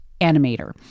Animator